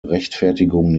rechtfertigung